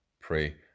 pray